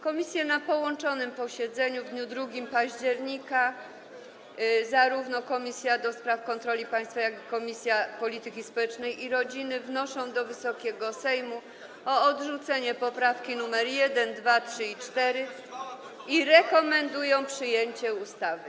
Komisje na połączonym posiedzeniu w dniu 2 października, zarówno Komisja do Spraw Kontroli Państwowej, jak i Komisja Polityki Społecznej i Rodziny, wnoszą do Wysokiego Sejmu o odrzucenie poprawek nr 1, 2, 3 i 4 oraz rekomendują przyjęcie ustawy.